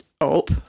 up